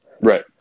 Right